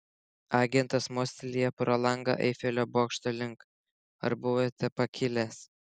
agentas mostelėjo pro langą eifelio bokšto link ar buvote pakilęs